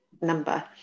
number